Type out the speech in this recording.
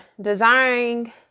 desiring